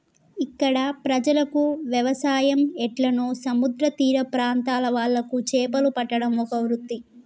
ఇక్కడ ప్రజలకు వ్యవసాయం ఎట్లనో సముద్ర తీర ప్రాంత్రాల వాళ్లకు చేపలు పట్టడం ఒక వృత్తి